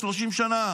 30 שנה.